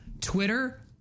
Twitter